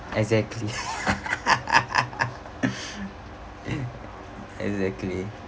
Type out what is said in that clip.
exactly exactly